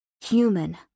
Human